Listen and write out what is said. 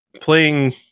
playing